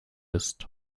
ist